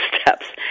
steps